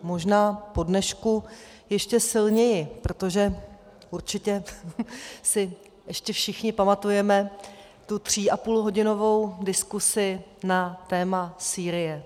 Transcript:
Možná po dnešku ještě silněji, protože určitě si ještě všichni pamatujeme tu tříapůlhodinovou diskuzi na téma Sýrie.